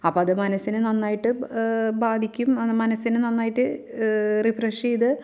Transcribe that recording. അപ്പോൾ അതു മനസ്സിനെ നന്നായിട്ട് ബാധിക്കും ന മനസ്സിനെ നന്നായിട്ട് റിഫ്രഷ് ചെയ്ത്